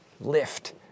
lift